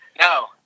No